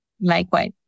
Likewise